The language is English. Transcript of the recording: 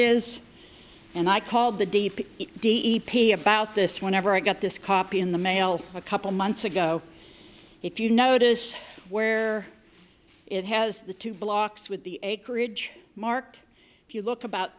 is and i called the date it d e p t about this whenever i got this copy in the mail a couple months ago if you notice where it has the two blocks with the acreage marked if you look about